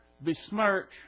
besmirch